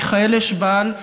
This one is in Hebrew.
מיכאל אשבל,